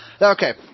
okay